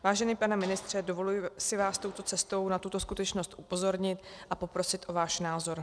Vážený pane ministře, dovoluji si vás touto cestou na tuto skutečnost upozornit a poprosit o váš názor.